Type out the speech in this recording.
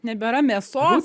nebėra mėsos